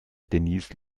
denise